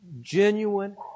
genuine